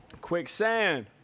quicksand